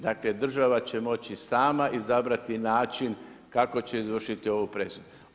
Dakle država će moći sama izabrati način kako će izvršiti ovu presudu.